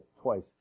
twice